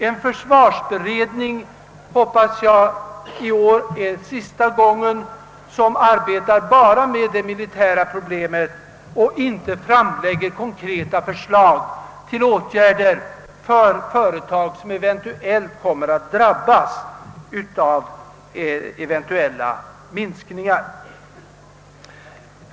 I år hoppas jag det är sista gången som en försvarsberedning bara arbetar med de militära problemen och inte framlägger konkreta förslag till åtgärder beträffande företag som kan komma att drabbas av eventuella minskningar i de militära beställningarna.